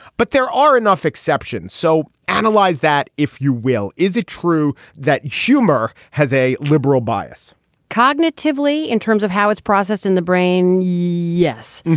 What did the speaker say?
but there are enough exceptions. so analyze that, if you will. is it true that schumer has a liberal bias cognitively in terms of how it's processed in the brain? yes.